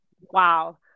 wow